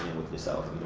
with yourself?